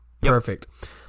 Perfect